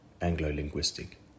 Anglo-linguistic